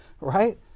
Right